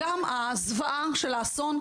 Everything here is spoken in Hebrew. שהגם הזוועה של האסון,